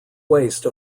waste